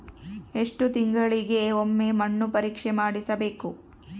ಎಷ್ಟು ತಿಂಗಳಿಗೆ ಒಮ್ಮೆ ಮಣ್ಣು ಪರೇಕ್ಷೆ ಮಾಡಿಸಬೇಕು?